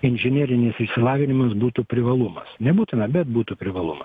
inžinerinis išsilavinimas būtų privalumas nebūtina bet būtų privalumas